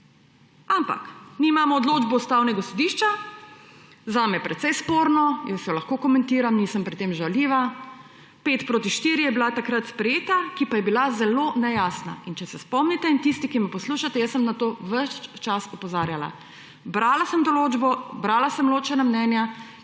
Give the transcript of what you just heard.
Ampak mi mamo odločbo Ustavnega sodišča, zame precej sporno, jaz jo lahko komentiram, nisem pri tem žaljiva, 5 : 4 je bila takrat sprejeta, ki pa je bila zelo nejasna. In če se spomnite in tisti, ki me poslušate, jaz sem na to ves čas opozarjala. Brala sem določbo, brala sem ločena mnenja,